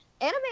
anime